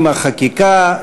עם החקיקה,